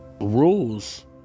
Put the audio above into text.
rules